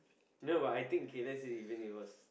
no but I think K let's say even it was